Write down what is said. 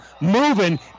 moving